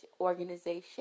organization